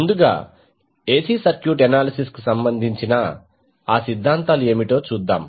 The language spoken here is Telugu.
ముందుగా AC సర్క్యూట్ అనాలిసిస్ కు సంబంధించిన ఆ సిద్ధాంతాలు ఏమిటో చూద్దాం